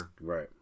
Right